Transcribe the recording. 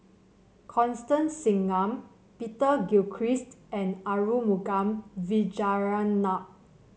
Constance Singam Peter Gilchrist and Arumugam Vijiaratnam